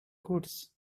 goods